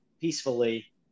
peacefully